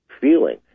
feeling